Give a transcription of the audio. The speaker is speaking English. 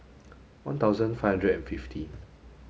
one thousand five hundred and fifty